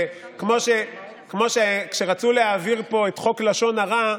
כמו כשרצו להעביר פה את חוק לשון הרע,